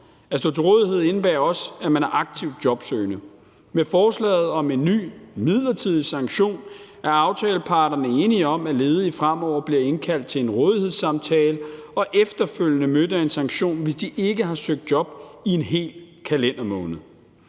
stå til rådighed indebærer også, at man er aktivt jobsøgende. Med forslaget om en ny, midlertidig sanktion er aftaleparterne enige om, at ledige fremover bliver indkaldt til en rådighedssamtale og efterfølgende mødt af en sanktion, hvis de ikke har søgt job i en hel kalendermåned.